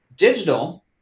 Digital